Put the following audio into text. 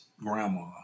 grandma